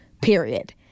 period